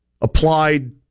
applied